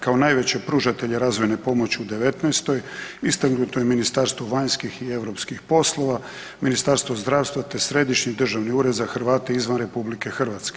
Kao najveće pružatelje razvojne pomoći u devetnaestoj istaknuto je Ministarstvo vanjskih i europskih poslova, Ministarstvo zdravstva, te Središnji državni ured za Hrvate izvan RH.